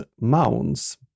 mounds